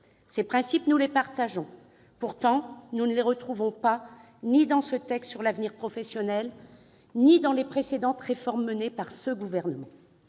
Ces principes, nous les partageons. Pourtant, nous ne les retrouvons pas, ni dans ce texte sur l'avenir professionnel ni dans les précédentes réformes menées par ce gouvernement.